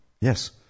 Yes